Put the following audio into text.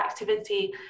activity